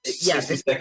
Yes